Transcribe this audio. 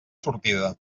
sortida